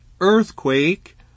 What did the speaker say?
earthquake